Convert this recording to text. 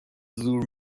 زور